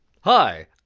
Hi